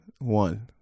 one